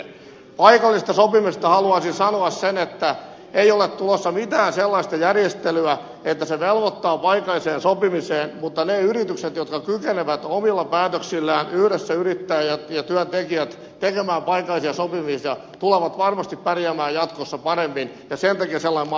paikallisesta sopimisesta haluaisin sanoa sen että ei ole tulossa mitään sellaista järjestelyä että se velvoittaa paikalliseen sopimiseen mutta ne yritykset jotka kykenevät omilla päätöksillään yhdessä yrittäjä ja työntekijät tekemään paikallisia sopimisia tulevat varmasti pärjäämään jatkossa paremmin ja sen takia sellaisen mahdollisuuden tulee olla olemassa